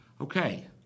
Okay